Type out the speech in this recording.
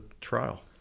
trial